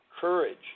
courage